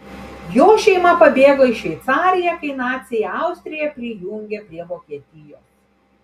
jo šeima pabėgo į šveicariją kai naciai austriją prijungė prie vokietijos